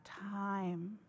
time